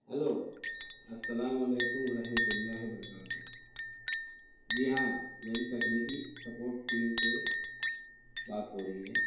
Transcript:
hello السلام علیکم و رحمتہ اللہ برکاتہ جی ہاں میری تکنیکی سپورٹ ٹیم سے بات ہو رہی ہے